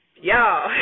y'all